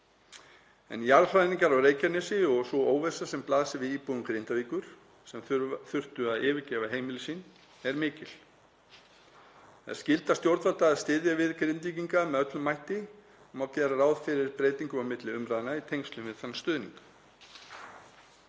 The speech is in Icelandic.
en jarðhræringar á Reykjanesi og sú óvissa sem blasir við íbúum Grindavíkur sem þurftu að yfirgefa heimili sín er mikil. Það er skylda stjórnvalda að styðja við Grindvíkinga með öllum mætti og má gera ráð fyrir breytingum á milli umræðna í tengslum við þann stuðning.